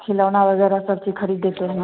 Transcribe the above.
खिलौना वग़ैरह सब चीज़ ख़रीद देते हैं